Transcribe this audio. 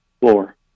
floor